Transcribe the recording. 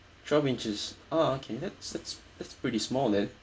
twelve inches ah okay that's that's that's pretty small then